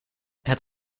het